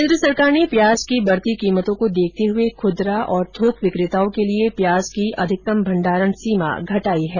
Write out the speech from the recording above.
केन्द्र सरकार ने प्याज की बढ़ती कीमतों को देखते हुए खुदरा तथा थोक विक्रेताओं के लिए प्याज की अधिकतम भंडारण सीमा घटाई है